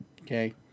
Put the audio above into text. Okay